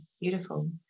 Beautiful